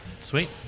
Sweet